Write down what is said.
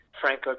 frank